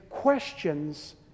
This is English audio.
questions